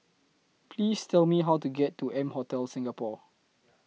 Please Tell Me How to get to M Hotel Singapore